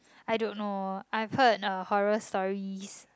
I don't know I've heard lah horror stories